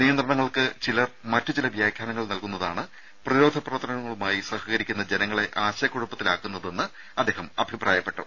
നിയന്ത്രണങ്ങൾക്ക് ചിലർ മറ്റുചില വ്യാഖ്യാനങ്ങൾ നൽകുന്നതാണ് പ്രതിരോധ പ്രവർത്തനങ്ങളുമായി സഹകരിക്കുന്ന ജനങ്ങളെ ആശയക്കുഴപ്പത്തിലാക്കുന്നതെന്ന് അദ്ദേഹം അഭിപ്രായപ്പെട്ടു